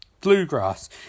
Bluegrass